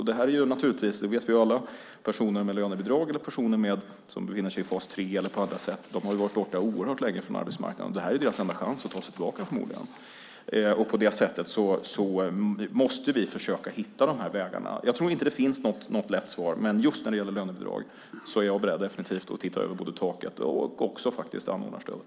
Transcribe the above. Vi vet alla att personer med lönebidrag eller som befinner sig i fas 3 har varit borta oerhört länge från arbetsmarknaden. Det här är förmodligen deras enda chans att ta sig tillbaka. Därför måste vi försöka hitta de här vägarna. Jag tror inte att det finns något lätt svar, men just när det gäller lönebidrag är jag definitivt beredd att titta över både taket och anordnarstödet.